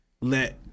let